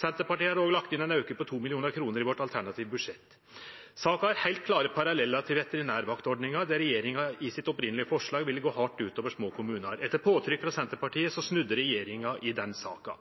Senterpartiet har òg lagt inn ei auke på 2 mill. kr i sitt alternative budsjett. Saka har heilt klare parallellar til veterinærvaktordninga, der det opphavlege forslaget til regjeringa ville gått hardt ut over små kommunar. Etter påtrykk frå Senterpartiet snudde regjeringa i den saka.